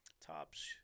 tops